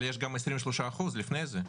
אבל יש גם 23% לפני זה.